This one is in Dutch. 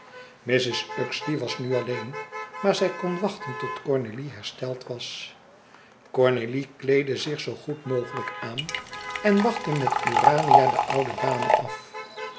mrs uxeley was nu alleen maar zij kon wachten tot cornélie hersteld was cornélie kleedde zich zoo goed mogelijk aan en wachtte met urania de oude dame af